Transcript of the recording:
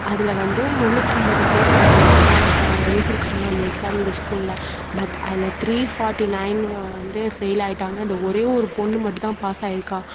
அதில் வந்து முன்னுாற்றம்பது பேர் மொத்தம் எழுதியிருக்காங்க அந்த எக்ஸாம் இந்த ஸ்கூலில் பட் அதில் த்ரீ ஃபாட்டி நயன் வந்து ஃபெயிலாகிட்டாங்க இந்த ஒரே ஒரு பொண்ணு மட்டும்தான் பாஸாயிருக்காள்